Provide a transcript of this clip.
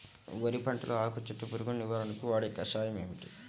వరి పంటలో ఆకు చుట్టూ పురుగును నివారణకు వాడే కషాయం ఏమిటి?